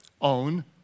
own